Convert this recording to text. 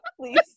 please